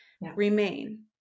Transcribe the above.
Remain